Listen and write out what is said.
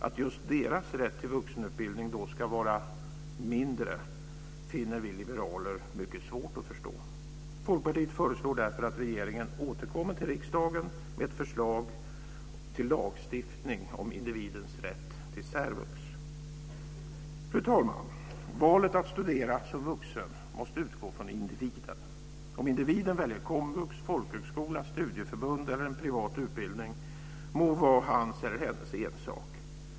Att just deras rätt till vuxenutbildning då ska vara mindre finner vi liberaler mycket svårt att förstå. Folkpartiet föreslår därför att regeringen återkommer till riksdagen med ett förslag till lagstiftning om individers rätt till särvux. Fru talman! Valet att studera som vuxen måste utgå från individen. Om individen väljer komvux, folkhögskola, studieförbund eller en privat utbildning må vara hans eller hennes ensak.